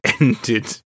ended